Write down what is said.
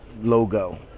logo